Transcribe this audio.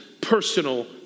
personal